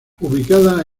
ubicada